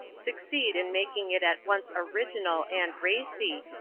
succeed in making it at once original and racy,